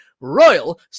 Royal